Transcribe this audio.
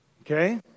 okay